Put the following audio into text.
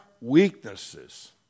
weaknesses